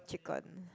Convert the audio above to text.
chicken